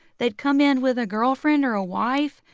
they'd come in with a girlfriend or a wife.